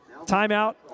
Timeout